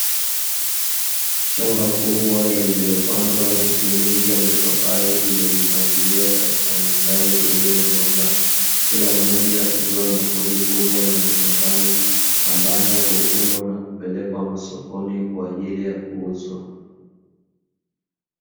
Shamba kubwa lililopandwa miti mingi ya mipapai iliyojipangilia katika mistari iliyonyooka, kila mmoja ikiwa na kundi kubwa la mapapai ambayo huvunwa na kupelekwa masokoni kwa ajili ya kuuzwa.